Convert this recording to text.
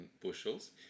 bushels